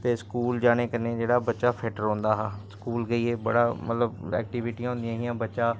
ते स्कूल जाने कन्नै जेह्ड़ा बच्चा फिट्ट रौंह्दा हा स्कूल जाइयै बड़ा मतलब ऐक्टीविटियां होंदियां हियां बच्चा